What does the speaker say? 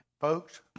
Folks